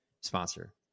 sponsor